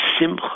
simcha